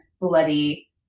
bloody